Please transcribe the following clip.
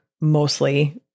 mostly